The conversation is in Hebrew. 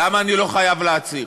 למה אני לא חייב להצהיר?